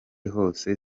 hose